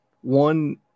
one